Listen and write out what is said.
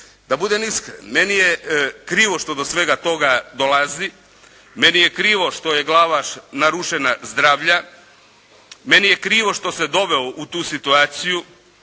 Da budem iskren meni je krivo što do svega toga dolazi. Meni je krivo što je Glavaš narušena zdravlja. Meni je krivo što se doveo u tu situaciju.